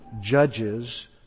Judges